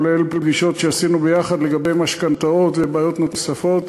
כולל פגישות שעשינו ביחד לגבי משכנתאות ובעיות נוספות,